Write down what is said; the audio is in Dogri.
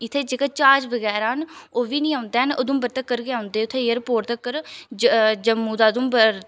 इ'त्थें जेह्के जहाज बगैरा न ओह् बी निं औंदे न उधमपुर तक्कर गै औंदे न उ'त्थें एयरपोर्ट तक्कर ज जम्मू दा उधमपुर